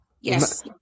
yes